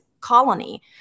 colony